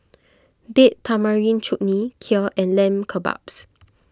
Date Tamarind Chutney Kheer and Lamb Kebabs